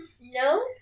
no